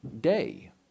day